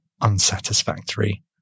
unsatisfactory